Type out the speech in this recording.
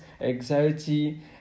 anxiety